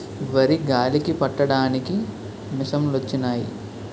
వరి గాలికి పట్టడానికి మిసంలొచ్చినయి